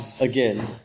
again